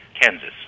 Kansas